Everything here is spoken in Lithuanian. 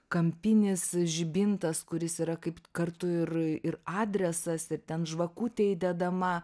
kampinis žibintas kuris yra kaip kartu ir ir kartu ir adresas ir ten žvakutė įdedama